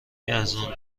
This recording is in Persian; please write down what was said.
ارزان